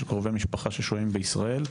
של קרובי משפחה ששוהים בישראל.